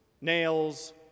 nails